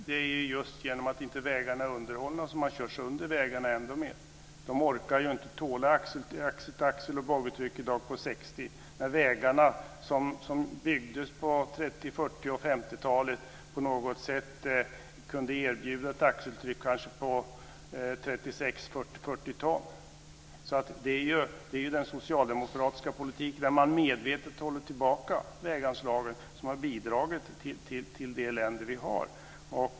Fru talman! Det är just genom att vägarna inte är underhållna som man kör sönder dem ännu mer. De orkar inte ett axel och boggitryck på 60 i dag. När vägarna byggdes på 30-, 40 och 50-talen, kunde de erbjuda ett axeltryck på kanske 36-40 ton. Det är den socialdemokratiska politiken, där man medvetet håller tillbaka väganslagen, som har bidragit till det elände vi har.